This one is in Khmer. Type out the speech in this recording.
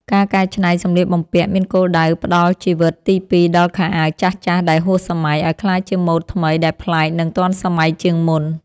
ការកែច្នៃសម្លៀកបំពាក់មានគោលដៅផ្ដល់ជីវិតទីពីរដល់ខោអាវចាស់ៗដែលហួសសម័យ ឱ្យក្លាយជាម៉ូដថ្មីដែលប្លែក និងទាន់សម័យជាងមុន។